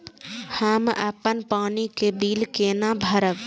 हम अपन पानी के बिल केना भरब?